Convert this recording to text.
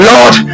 Lord